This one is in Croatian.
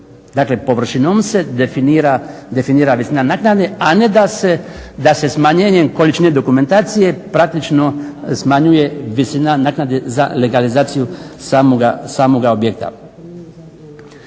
Dakle, površinom se definira visina naknade, a ne da se smanjenjem količine dokumentacije praktično smanjuje visina naknade za legalizaciju samoga objekta.